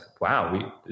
wow